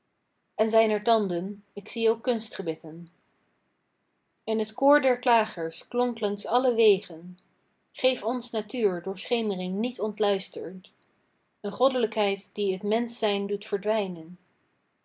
en zijn er tanden k zie ook kunstgebitten en t koor der klagers klonk langs alle wegen geef ons natuur door schemering niet ontluisterd een goddelijkheid die t mensch zijn doet verdwijnen